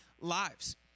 lives